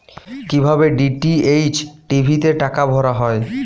কি ভাবে DTH TV তে টাকা ভরা হয়?